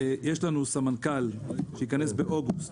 יש לנו סמנכ"ל שייכנס באוגוסט,